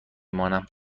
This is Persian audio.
مانم